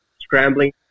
scrambling